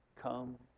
come